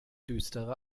düstere